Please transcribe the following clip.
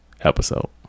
episode